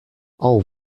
all